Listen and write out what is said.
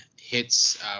hits